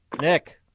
Nick